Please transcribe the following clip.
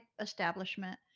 establishment